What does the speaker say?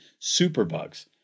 superbugs